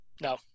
No